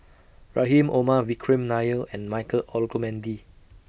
Rahim Omar Vikram Nair and Michael Olcomendy